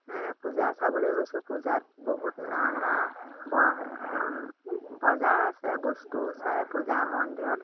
পূজা চাবলৈ গৈছোঁ পূজাত বহুত নানা বজাৰ আছে বস্তু চাই পূজা মন্দিৰত